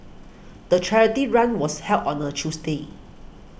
the charity run was held on a Tuesday